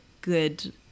good